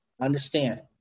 understand